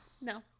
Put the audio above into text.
No